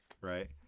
right